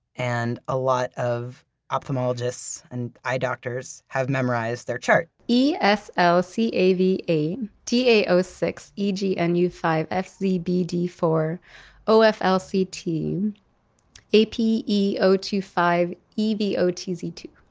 and a lot of ophthalmologists and eye doctors have memorized their chart e s l c a v a d a o six e g n and u five f z b d four o f l c t a p e o two five e v o t z two.